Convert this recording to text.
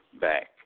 back